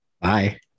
Bye